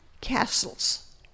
castles